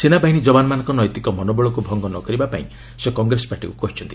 ସେନାବାହିନୀ ଯବାନମାନଙ୍କ ନୈତିକ ମନୋବଳକୁ ଭଙ୍ଗ ନ କରିବା ପାଇଁ ସେ କଂଗ୍ରେସ ପାର୍ଟିକୁ କହିଛନ୍ତି